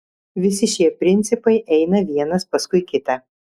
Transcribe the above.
visi šie principai eina vienas paskui kitą